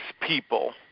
people